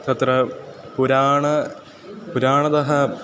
तत्र पुराणे पुराणतः